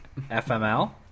FML